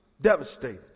Devastated